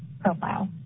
profile